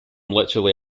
literally